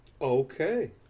Okay